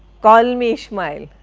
call me ishmael.